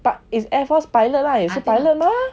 but is air force pilot lah 也是 pilot mah